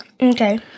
Okay